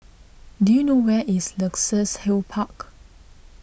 do you know where is Luxus Hill Park